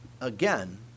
Again